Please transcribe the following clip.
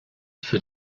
für